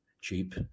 cheap